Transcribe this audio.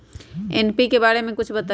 NPK बारे म कुछ बताई?